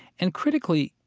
and critically,